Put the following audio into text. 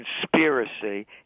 conspiracy